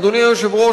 אדוני היושב-ראש,